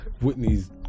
Whitney's